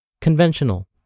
Conventional